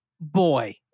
boy